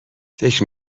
فکر